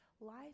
Life